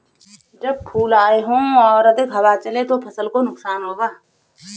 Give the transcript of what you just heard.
जब फूल आए हों और अधिक हवा चले तो फसल को नुकसान होगा?